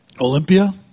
Olympia